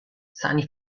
sani